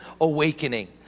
awakening